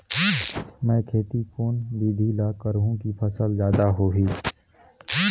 मै खेती कोन बिधी ल करहु कि फसल जादा होही